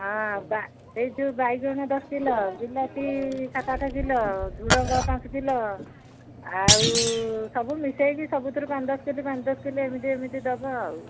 ହଁ ଏଇ ଯେଉଁ ବାଇଗଣ ଦଶ କିଲୋ ବିଲାତି ସାତ ଆଠ କିଲୋ ଝୁଡ଼ଙ୍ଗ ପାଞ୍ଚ କିଲୋ ଆଉ ସବୁ ମିଶେଇକି ସବୁଥିରୁ ପାଞ୍ଚ ଦଶ କେ ଜି ପାଞ୍ଚ ଦଶ କିଲୋ ଏମିତି ଏମିତି ଦବ ଆଉ